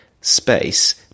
space